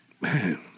Man